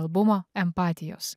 albumo empatijos